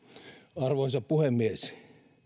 arvoisa puhemies